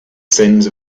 sins